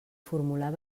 formular